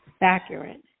Accurate